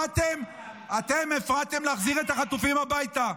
אתם הפרעתם להחזיר את החטופים הביתה.